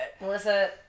Melissa